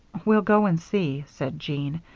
we'll go and see, said jean.